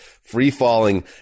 free-falling